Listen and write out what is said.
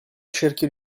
cerchio